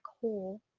hole